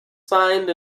signed